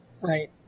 Right